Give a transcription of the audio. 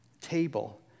table